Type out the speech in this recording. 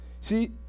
See